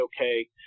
okay